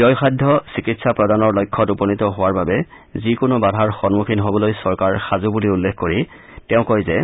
ব্যয়সাধ্য চিকিৎসা প্ৰদানৰ লক্ষ্যত উপনীত হোৱাৰ বাবে যিকোনো বাধাৰ সন্মুখীন হ'বলৈ চৰকাৰ সাজু বুলি উল্লেখ কৰি তেওঁ কয় যে